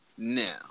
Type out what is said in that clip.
Now